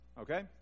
okay